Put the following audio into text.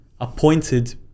appointed